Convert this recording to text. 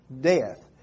death